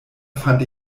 fand